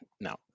no